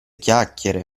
chiacchiere